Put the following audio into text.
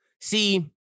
see